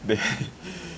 the